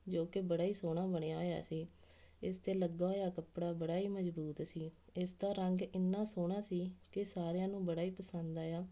ਜੋ ਕਿ ਬੜਾ ਹੀ ਸੋਹਣਾ ਬਣਿਆ ਹੋਇਆ ਸੀ ਇਸ 'ਤੇ ਲੱਗਾ ਹੋਇਆ ਕੱਪੜਾ ਬੜਾ ਹੀ ਮਜ਼ਬੂਤ ਸੀ ਇਸ ਦਾ ਰੰਗ ਇੰਨਾ ਸੋਹਣਾ ਸੀ ਕਿ ਸਾਰਿਆਂ ਨੂੰ ਬੜਾ ਹੀ ਪਸੰਦ ਆਇਆ